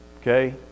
Okay